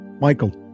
Michael